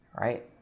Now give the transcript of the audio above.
right